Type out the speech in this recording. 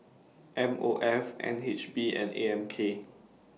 M O F N H B and A M K